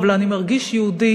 אבל אני מרגיש יהודי